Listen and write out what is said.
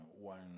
one